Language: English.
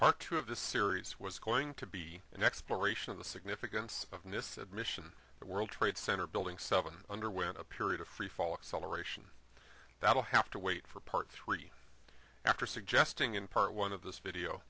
part two of the series was going to be an exploration of the significance of this admission the world trade center building seven underwent a period of freefall acceleration that will have to wait for part three after suggesting in part one of this video